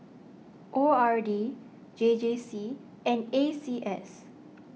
O R D J J C and A C S